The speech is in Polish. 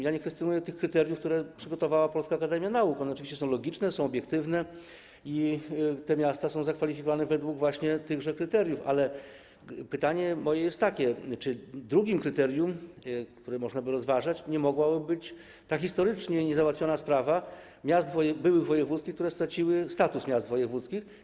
Ja nie kwestionuję tych kryteriów, które przygotowała Polska Akademia Nauk, one oczywiście są logiczne, są obiektywne i te miasta są zakwalifikowane według właśnie tychże kryteriów, ale pytanie moje jest takie, czy drugim kryterium, które można by rozważać, nie mogłaby być ta historycznie niezałatwiona sprawa byłych miast wojewódzkich, które straciły status takich miast.